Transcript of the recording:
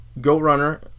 Go-Runner